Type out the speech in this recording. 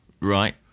right